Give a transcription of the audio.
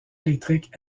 électrique